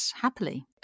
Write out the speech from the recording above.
happily